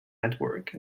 network